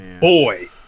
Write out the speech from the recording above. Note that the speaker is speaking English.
boy